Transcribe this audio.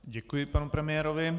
Děkuji panu premiérovi.